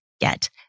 Get